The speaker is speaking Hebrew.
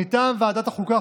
מטעם ועדת החוקה,